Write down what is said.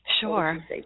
Sure